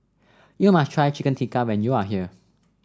you must try Chicken Tikka when you are here